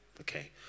Okay